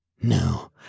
No